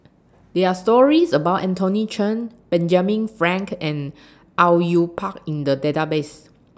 There Are stories about Anthony Chen Benjamin Frank and Au Yue Pak in The Database